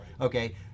Okay